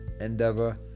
endeavor